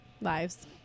Lives